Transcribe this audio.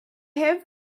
have